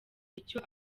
icyo